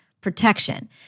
protection